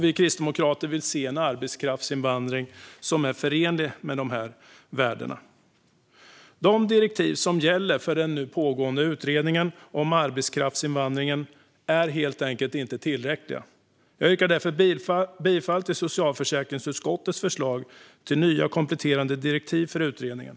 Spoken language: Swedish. Vi kristdemokrater vill se en arbetskraftsinvandring som är förenlig med dessa värden. De direktiv som gäller för den pågående utredningen om arbetskraftsinvandring är inte tillräckliga. Jag yrkar därför bifall till socialförsäkringsutskottets förslag till nya kompletterande direktiv för utredningen.